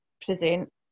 present